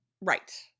Right